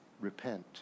Repent